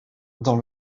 dans